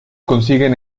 consiguen